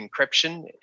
encryption